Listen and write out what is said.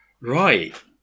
Right